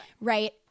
Right